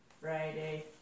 Friday